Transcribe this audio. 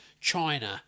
China